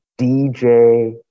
DJ